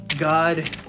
god